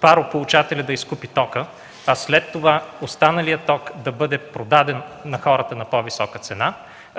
парополучателият да изкупи тока, а след това останалият ток да бъде продаден на хората на по-висока цена,